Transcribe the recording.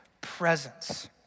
presence